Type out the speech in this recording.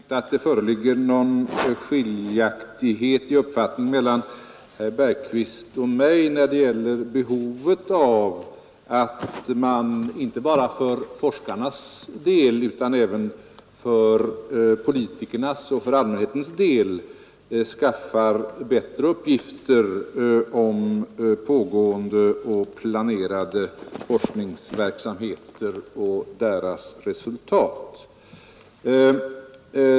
Herr talman! I sak tror jag inte det föreligger någon skiljaktighet i uppfattning mellan herr Bergqvist och mig när det gäller behovet av att, inte bara för forskarnas del utan även för politikernas och för allmänhetens del, skaffa bättre uppgifter om pågående och planerade forskningsverksamheter och deras resultat.